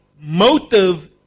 motive